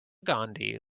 gandhi